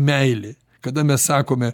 meilė kada mes sakome